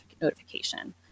notification